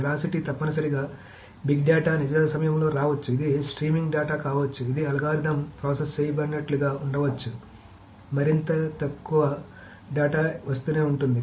velocity తప్పనిసరిగా big data నిజ సమయంలో రావచ్చు ఇది స్ట్రీమింగ్ డేటా కావచ్చు ఇది అల్గోరిథం ప్రాసెస్ చేసినట్లుగా ఉండవచ్చు మరింత ఎక్కువ డేటా వస్తూనే ఉంటుంది